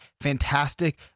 fantastic